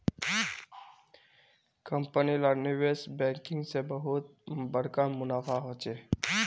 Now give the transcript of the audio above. company लार निवेश banking से बहुत बड़का मुनाफा होचे